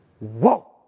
Whoa